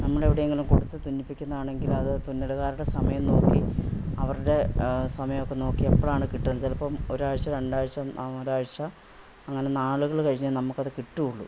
നമ്മൾ അവിടെ എങ്കിലും കൊടുത്ത് തുന്നിപ്പിക്കുന്നത് ആണെങ്കിൽ അത് തുന്നലുകാരുടെ സമയം നോക്കി അവരുടെ സമയം ഒക്കെ നോക്കി എപ്പോഴാണ് കിട്ടുന്നത് ചിലപ്പം ഒരു ആഴ്ച്ച രണ്ട് ആഴ്ച്ച ആ ഒരു ആഴ്ച്ച അങ്ങനെ നാളുകൾ കഴിഞ്ഞേ നമുക്ക് അത് കിട്ടോള്ളു